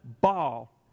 ball